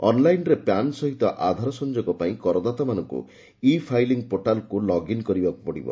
ଅନ୍ଲାଇନରେ ପ୍ୟାନ ସହିତ ଆଧାର ସଂଯୋଗ ପାଇଁ କରଦାତାମାନଙ୍କୁ ଇ ଫାଇଲିଂ ପୋଟାଲକୁ ଲଗ୍ଇନ୍ କରିବାକୁ ପଡିବ